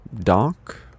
dark